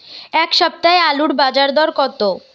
এ সপ্তাহে আলুর বাজার দর কত?